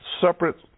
separate